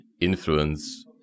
influence